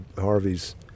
Harvey's